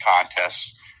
contests